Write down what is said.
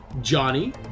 Johnny